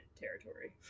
territory